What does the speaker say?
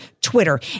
Twitter